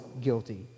guilty